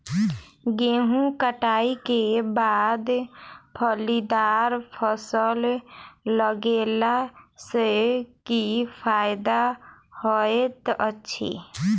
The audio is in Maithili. गेंहूँ कटाई केँ बाद फलीदार फसल लगेला सँ की फायदा हएत अछि?